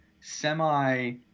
semi